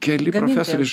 keli profesoriai iš